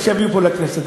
לכנסת.